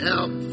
Help